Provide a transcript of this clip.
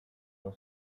non